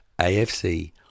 AFC